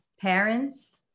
Parents